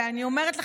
ואני אומרת לכם,